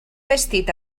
vestit